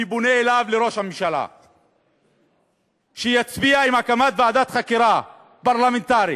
אני פונה לראש הממשלה שיצביע על הקמת ועדת חקירה פרלמנטרית,